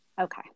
Okay